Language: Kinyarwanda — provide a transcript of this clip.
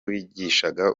wigishaga